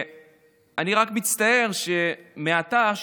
אני רק מצטער שמעתה,